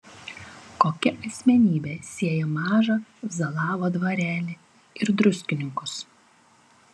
kokia asmenybė sieja mažą zalavo dvarelį ir druskininkus